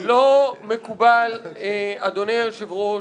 אדוני היושב-ראש,